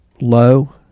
low